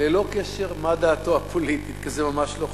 ללא קשר מה דעתו הפוליטית, כי זה ממש לא חשוב.